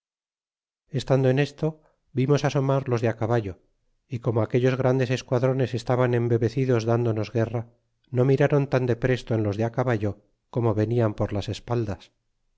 estando en esto vimos asomar los de á caballo y como aquellos grandes esquadrones estaban embebecidos dándonos guerra no miráron tan de presto en los de á caballo como venían por las espaldas